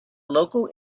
local